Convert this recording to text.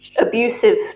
abusive